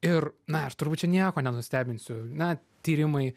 ir na ir turbūt nieko nenustebinsiu na tyrimai